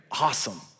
awesome